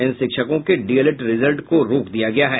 इन शिक्षकों के D El Ed result को रोक दिया गया है